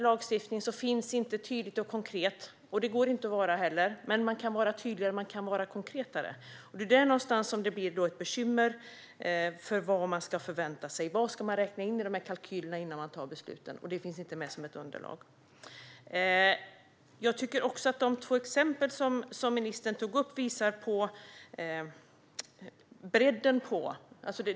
Lagstiftningen är inte helt tydlig och konkret, och det kan den inte vara, men den kan vara tydligare och konkretare. Det blir ett bekymmer, för man vet inte vad man ska förvänta sig. Vad ska man räkna in i sina kalkyler innan man tar beslut? Detta finns inte med som ett underlag. De två exempel som ministern tog upp visar på bredden.